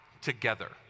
together